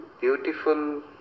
beautiful